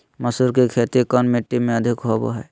मसूर की खेती कौन मिट्टी में अधीक होबो हाय?